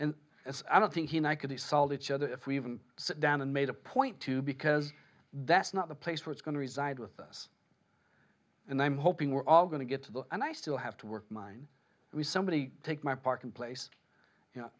as i don't think he and i could be solved each other if we even sat down and made a point too because that's not the place what's going to reside with us and i'm hoping we're all going to get to the and i still have to work mine we somebody take my parking place you know